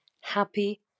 happy